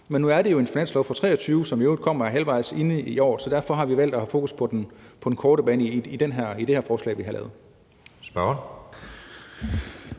Men nu er det jo et finanslovsforslag for 2023, som i øvrigt kommer halvvejs inde i året, så derfor har vi valgt at have fokus på den korte bane i det her forslag, vi har lavet.